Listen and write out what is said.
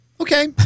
okay